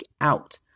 out